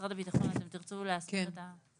משרד הביטחון, אתם תרצו להסביר את הסעיף?